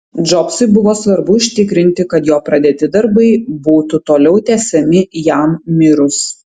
džobsui buvo svarbu užtikrinti kad jo pradėti darbai būtų toliau tęsiami jam mirus